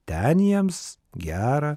ten jiems gera